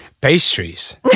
Pastries